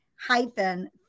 hyphen